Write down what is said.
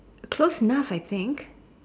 close enough I think